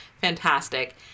fantastic